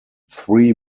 three